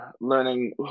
learning